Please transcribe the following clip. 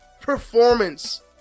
performance